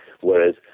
whereas